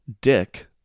Dick